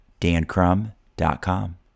dancrum.com